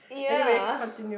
anyway continue